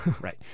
Right